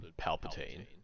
Palpatine